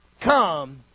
come